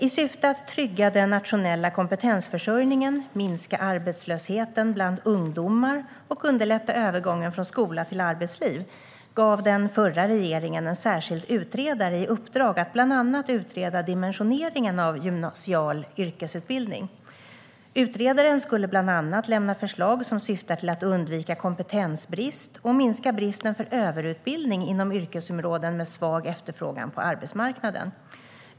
I syfte att trygga den nationella kompetensförsörjningen, minska arbetslösheten bland ungdomar och underlätta övergången från skola till arbetsliv gav den förra regeringen en särskild utredare i uppdrag att bland annat utreda dimensioneringen av gymnasial yrkesutbildning. Utredaren skulle bland annat lämna förslag som syftar till att undvika kompetensbrist och minska risken för överutbildning inom yrkesområden med svag efterfrågan på arbetsmarknaden.